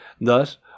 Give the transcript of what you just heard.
Thus